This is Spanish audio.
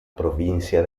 provincia